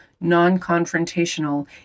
non-confrontational